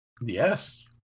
Yes